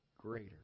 greater